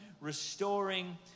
restoring